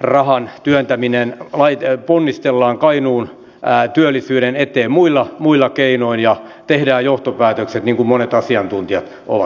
rahan työntäminen ponnistellaan kainuun työllisyyden eteen muilla keinoin ja tehdään johtopäätökset niin kuin monet asiantuntijat ovat todenneet